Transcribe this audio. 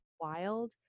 wild